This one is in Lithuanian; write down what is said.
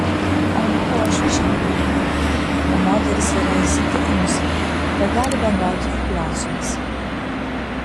abu uošviai šiandien jau mirę o moteris yra įsitikinusi kad gali bendrauti su dvasiomis